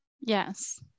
Yes